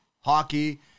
hockey